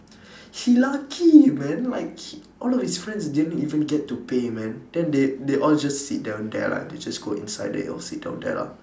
he lucky man like he all of his friends didn't even get to pay man then they they all just sit down lah they just go inside they all sit down there lah